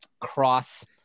cross